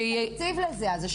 יש להם תקציב לזה.